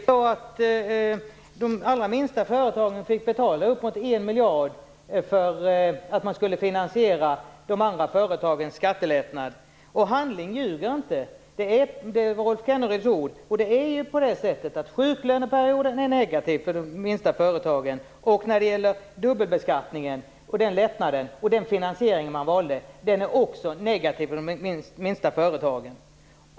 Fru talman! De allra minsta företagen fick faktiskt betala uppemot 1 miljard för finansieringen av de andra företagens skattelättnad. En handling ljuger inte - det är Rolf Kenneryds ord. Sjuklöneperioden är ju negativ för de minsta företagen. Lättnaden i dubbelbeskattningen och den finansiering som valdes är också negativa för de minsta företagen.